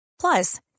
Plus